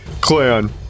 Clan